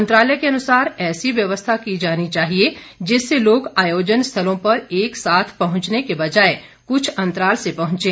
मंत्रालय के अनुसार ऐसी व्यवस्था की जानी चाहिए जिससे लोग आयोजन स्थंलों पर एक साथ पहंचने की बजाय कुछ अंतराल से पहंचें